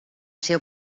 ser